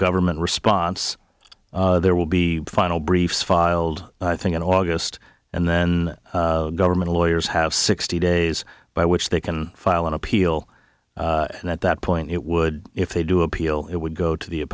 government response there will be final briefs filed i think in august and then government lawyers have sixty days by which they can file an appeal and at that point it would if they do appeal it would go to the